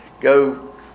go